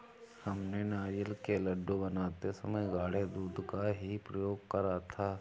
हमने नारियल के लड्डू बनाते समय गाढ़े दूध का ही प्रयोग करा था